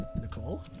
Nicole